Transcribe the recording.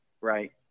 right